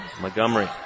Montgomery